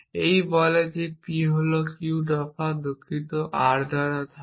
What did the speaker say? এই বলে যে P হল Q দফা দুঃখিত R হল ধারা